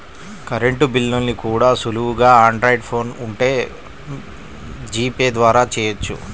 current బిల్లుల్ని కూడా సులువుగా ఆండ్రాయిడ్ ఫోన్ ఉంటే జీపే ద్వారా చెయ్యొచ్చు